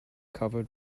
covered